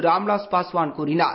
ராம்விலாஸ் பாஸ்வான் கூறினார்